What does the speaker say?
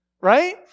right